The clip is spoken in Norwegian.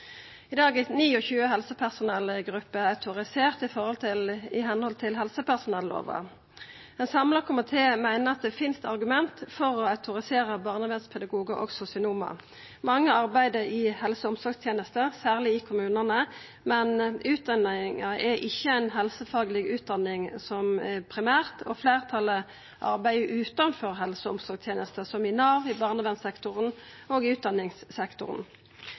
I dag er 29 helsepersonellgrupper autoriserte med heimel i helsepersonellova. Ein samla komité meiner at det finst argument for å autorisera barnevernspedagogar og sosionomar. Mange arbeider i helse- og omsorgstenesta, særleg i kommunane, men utdanninga er ikkje ei helsefagleg utdanning primært, og fleirtalet arbeider utanfor helse- og omsorgstenesta, som i Nav, i barnevernssektoren og i utdanningssektoren.